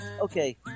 Okay